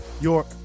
york